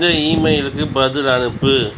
இந்த இமெயிலுக்கு பதில் அனுப்பு